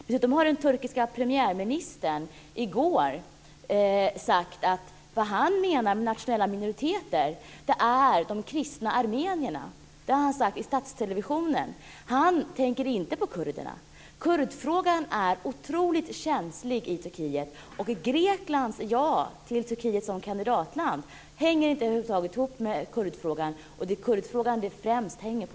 Dessutom har den turkiske premiärministern - det var i går - sagt att vad han menar med nationella minoriteter är de kristna armenierna. Detta har han sagt i statstelevisionen. Han tänker inte på kurderna. Kurdfrågan är otroligt känslig i Turkiet. Greklands ja till Turkiet som kandidatland hänger över huvud taget inte ihop med kurdfrågan och det är kurdfrågan som det främst hänger på.